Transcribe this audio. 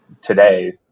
today